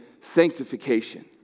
sanctification